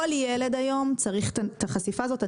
כל ילד היום צריך את החשיפה הזאת.